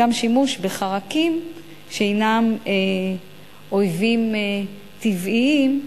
גם שימוש בחרקים שהם אויבים טבעיים,